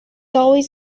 always